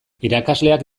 irakasleak